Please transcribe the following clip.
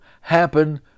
happen